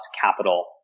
capital